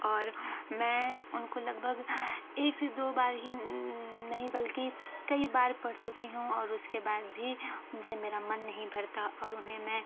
और मैं उनको लगभग एक से दो बार ही नहीं बल्कि कई बार पढ़ चुकी हूँ और उसके बाद भी उनसे मेरा मन नहीं भरता और उन्हें मैं